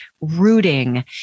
rooting